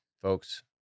folks